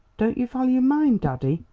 don't you value mine, daddy?